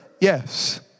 Yes